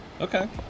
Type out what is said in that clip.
Okay